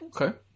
Okay